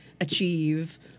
achieve